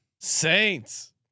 Saints